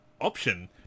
option